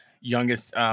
youngest